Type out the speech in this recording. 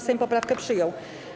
Sejm poprawkę przyjął.